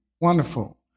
wonderful